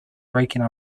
breaking